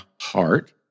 heart